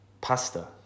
pasta